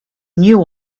knew